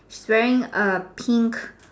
she's wearing a pink